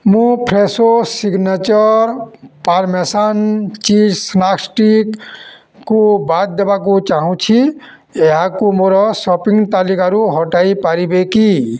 ମୁଁ Fresho signature parmesan cheese ସ୍ନାକ୍ସ୍ଟିକୁ ବାଦ୍ ଦେବାକୁ ଚାହୁଁଛି ଏହାକୁ ମୋର ସପିଂ ତାଲିକାରୁ ହଟାଇ ପାରିବେ କି